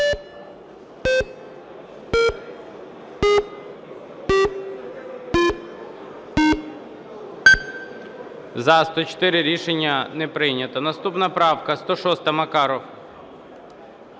За-104 Рішення не прийнято. Наступна правка 106, Макаров.